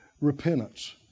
repentance